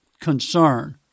concern